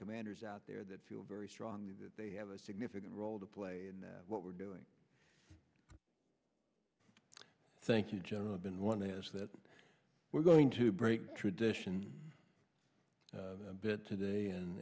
commanders out there that feel very strongly that they have a significant role to play and what we're doing thank you general been one is that we're going to break tradition a bit today and